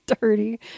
dirty